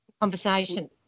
conversation